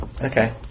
Okay